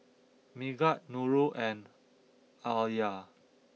Megat Nurul and Alya